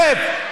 שב.